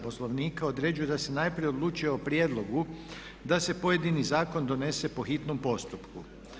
Poslovnika određuje da se najprije odlučuje o prijedlogu da se pojedini zakon donese po hitnom postupku.